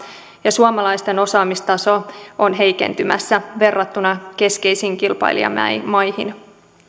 ja suomalaisten osaamistaso on heikentymässä verrattuna keskeisiin kilpailijamaihin